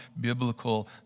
biblical